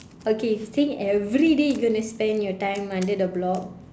okay if you think everyday you going spend your time under the block